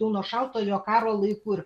jau nuo šaltojo karo laikų ir